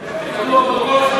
זה כתוב בפרוטוקול?